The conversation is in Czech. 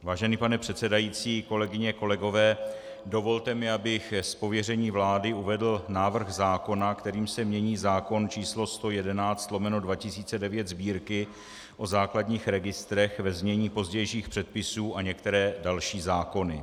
Vážený pane předsedající, kolegyně, kolegové, dovolte mi, abych z pověření vlády uvedl návrh zákona, kterým se mění zákon číslo 111/2009 Sb., o základních registrech, ve znění pozdějších předpisů, a některé další zákony.